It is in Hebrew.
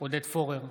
עודד פורר,